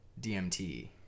DMT